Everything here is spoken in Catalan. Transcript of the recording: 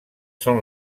són